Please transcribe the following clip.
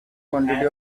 quantity